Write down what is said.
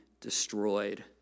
destroyed